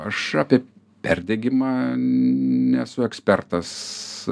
aš apie perdegimą nesu ekspertas